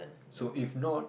so if not